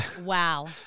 Wow